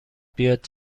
بیاد